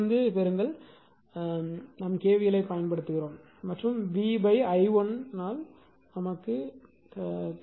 இது இங்கிருந்து பெறுங்கள் இங்கிருந்து இதைப் பெறுங்கள் நாம் KVL ஐப் பயன்படுத்துகிறோம் மற்றும் v i1 ஆல் தீர்க்கிறோம்